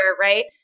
right